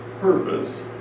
purpose